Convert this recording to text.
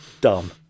dumb